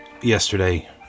yesterday